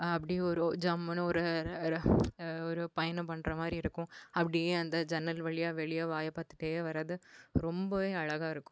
அப்படி ஒரு ஜம்முன்னு ஒரு ஒரு பயணம் பண்ணுறமாரி இருக்கும் அப்படியே அந்த ஜன்னல் வழியா வெளியே வாயை பார்த்துட்டே வரது ரொம்பவே அழகா இருக்கும்